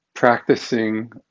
Practicing